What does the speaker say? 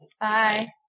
Bye